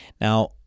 Now